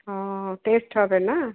ও test হবে না